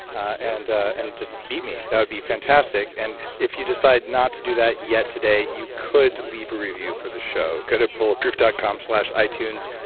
and and just beat me. that would be fantastic. and if you decide not to do that yet today, you could leave a review for the show. go to bulletproof dot com slash itunes,